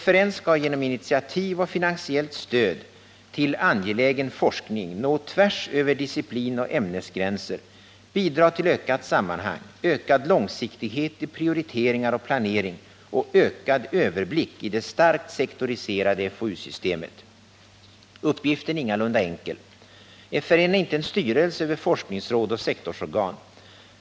FRN skall genom initiativ och finansiellt stöd till angelägen forskning nå tvärs över disciplinoch ämnesgränser, bidra till ökat sammanhang, ökad långsiktighet i prioriteringar och planering och ökad överblick i det starkt sektoriserade FoU-systemet. Uppgiften är ingalunda enkel. FRN är inte en styrelse över forskningsråd och sektorsorgan.